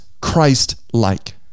Christ-like